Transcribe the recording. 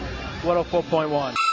104.1